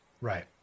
Right